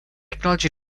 technology